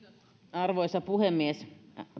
arvoisa puhemies